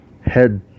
head